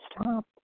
stop